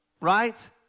right